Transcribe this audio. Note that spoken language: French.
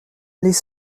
les